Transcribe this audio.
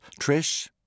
Trish